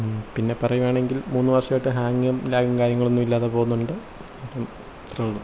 പിന്നെ പറയുവാണെങ്കിൽ മൂന്ന് വർഷമായിട്ട് ഹാങ്ങും ലാഗും കാര്യങ്ങളൊന്നും ഇല്ലാതെ പോവുന്നുണ്ട് അപ്പം ഇത്രയേ ഉള്ളൂ